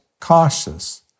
cautious